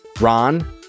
Ron